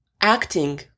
acting